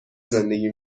زندگی